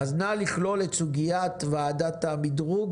אז נא לכלול את סוגיית ועדת המדרוג